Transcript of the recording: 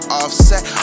offset